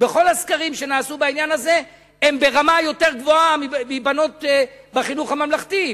בכל הסקרים שנעשו בעניין הזה הן ברמה יותר גבוהה מבנות בחינוך הממלכתי,